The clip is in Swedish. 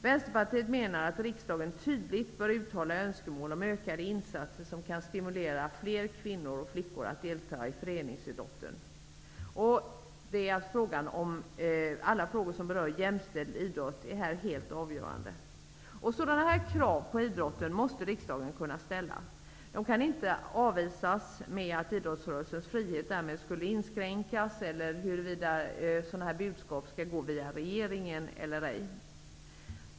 Vänsterpartiet menar att riksdagen tydligt bör uttala önskemål om ökade insatser som kan stimulera fler kvinnor och flickor att delta i föreningsidrotten. Alla frågor som berör jämställd idrott är helt avgörande för att detta skall lyckas. Riksdagen måste kunna ställa sådana krav på idrotten. Kraven kan inte avvisas med argumentet att idrottsrörelsens frihet därmed skulle inskränkas, eller med en debatt om huruvida sådana budskap skall gå via regeringen eller ej.